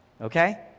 okay